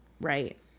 right